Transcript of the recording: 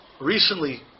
recently